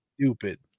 stupid